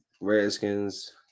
Redskins